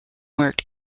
worked